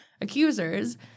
accusers